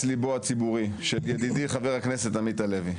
ליבו הציבורי של ידידי חבר הכנסת עמית הלוי,